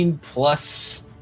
plus